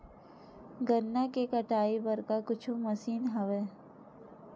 गन्ना के कटाई बर का कुछु मशीन हवय?